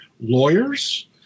lawyers